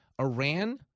Iran